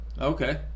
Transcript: Okay